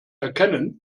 erkennen